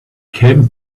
came